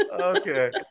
okay